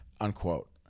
unquote